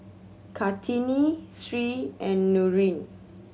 Kartini Sri and Nurin